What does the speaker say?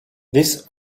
this